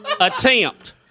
attempt